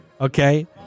Okay